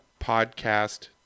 podcast